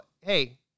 hey